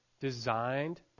designed